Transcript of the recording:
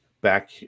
back